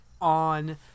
on